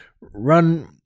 run